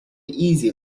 easy